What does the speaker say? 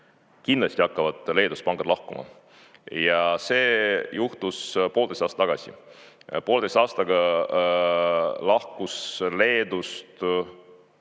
kindlasti hakkavad Leedust pangad lahkuma. See juhtus poolteist aastat tagasi ja Poolteise aastaga lahkus Leedust